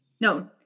no